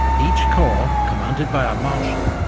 each corps, commanded by a marshal,